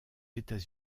états